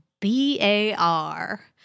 B-A-R